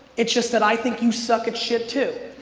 it's just that i think you suck at shit too.